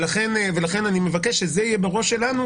לכן אני מבקש שזה יהיה בראש שלנו,